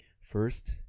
First